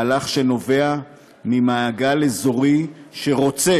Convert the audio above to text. מהלך שנובע ממעגל אזורי שרוצה